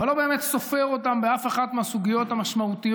אבל לא באמת סופר אותם באף אחת מהסוגיות המשמעותיות